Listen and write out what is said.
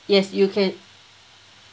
yes you can